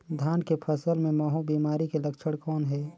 धान के फसल मे महू बिमारी के लक्षण कौन हे?